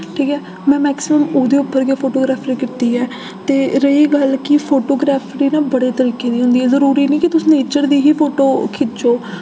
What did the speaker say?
ठीक ऐ में मैक्सिमम उदे उप्पर गै फोटोग्राफ्री कीती ऐ ते रेही गल्ल कि फोटोग्राफी ना बड़े तरीके दी होंदी ऐ जरुरी नि कि तुस नेचर दी ही फोटो खिच्चो